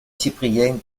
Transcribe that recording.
cyprien